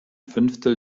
fünftel